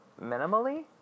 minimally